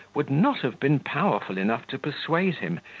would not have been powerful enough to persuade him,